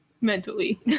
Mentally